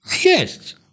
Yes